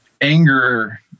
anger